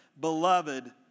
beloved